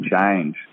change